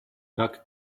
tak